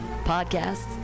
Podcasts